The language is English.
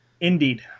indeed